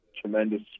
tremendous